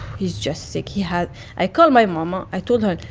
he's just sick. he had i call my mom. ah i told her,